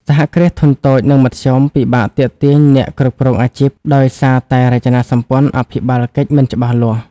សហគ្រាសធុនតូច និងមធ្យម ពិបាកទាក់ទាញអ្នកគ្រប់គ្រងអាជីព ដោយសារតែរចនាសម្ព័ន្ធអភិបាលកិច្ចមិនច្បាស់លាស់។